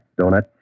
donut